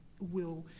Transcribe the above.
will